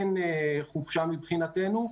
אין חופשה מבחינתנו,